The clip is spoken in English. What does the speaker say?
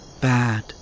Bad